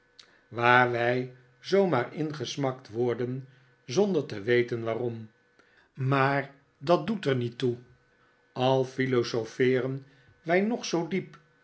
waar wij zoo maar ingesmakt worden zonder te weten waarom maar dat doet er niet toe al philosopheeren wij nog zoo diep